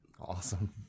Awesome